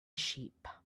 sheep